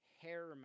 hair